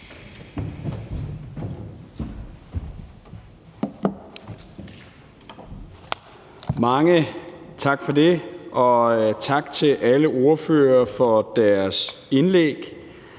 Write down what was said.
Mange tak for det, og tak til alle ordførere for deres indlæg.